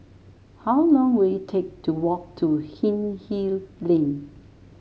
how long will it take to walk to Hindhede Lane